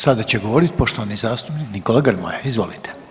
Sada će govoriti poštovani zastupnik Nikola Grmoja, izvolite.